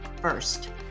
first